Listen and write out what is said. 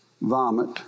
vomit